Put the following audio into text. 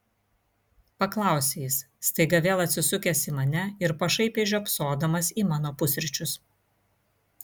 paklausė jis staiga vėl atsisukęs į mane ir pašaipiai žiopsodamas į mano pusryčius